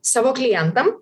savo klientam